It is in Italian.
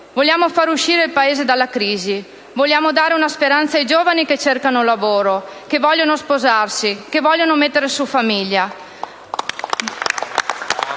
Vogliamo far uscire il Paese dalla crisi; vogliamo dare una speranza ai giovani che cercano lavoro, che vogliono sposarsi, che vogliono mettere su famiglia.